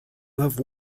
have